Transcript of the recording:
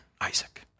Isaac